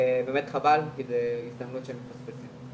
באמת חבל כי זה הזדמנות שמפספסים אותה.